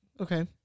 Okay